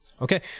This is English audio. Okay